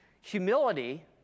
Humility